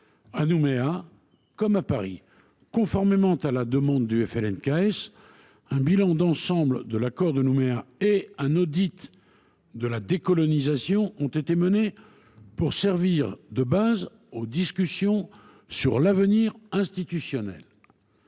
à Nouméa comme à Paris. Conformément à la demande du FLNKS, un bilan d’ensemble de l’accord de Nouméa et un audit de la décolonisation ont été menés, afin que ces documents servent de base aux discussions sur l’avenir institutionnel